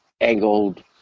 angled